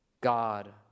God